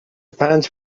پنج